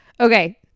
Okay